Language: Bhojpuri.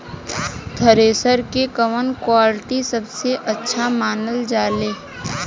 थ्रेसर के कवन क्वालिटी सबसे अच्छा मानल जाले?